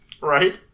Right